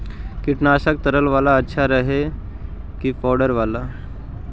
कीटनाशक तरल बाला अच्छा रहतै कि पाउडर बाला?